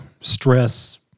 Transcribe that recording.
stress